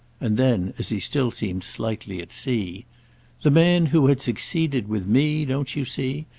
and then, as he still seemed slightly at sea the man who had succeeded with me, don't you see?